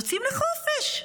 יוצאים לחופש.